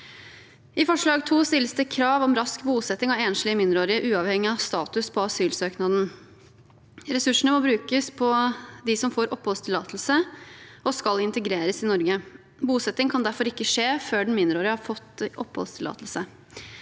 I forslag nr. 2 stilles det krav om rask bosetting av enslige mindreårige uavhengig av status på asylsøknaden. Ressursene må brukes på dem som får oppholdstillatelse og skal integreres i Norge. Bosetting kan derfor ikke skje før den mindreårige har fått oppholdstillatelse.